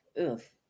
Oof